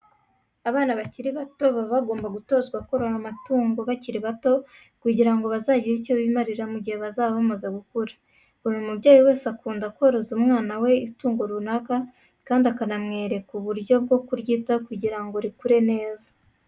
Abana bakiri bato baba bagomba gutozwa korora amatungo bakiri bato kugira ngo bazagire icyo bimarira mu gihe bazaba bamaze gukura. Buri mubyeyi wese akunda koroza umwana we itungo runaka kandi akanamwereka uburyo bwo kuryitaho kugira ngo rikure neza.